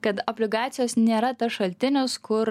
kad obligacijos nėra tas šaltinis kur